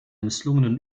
misslungenen